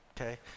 okay